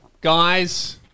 Guys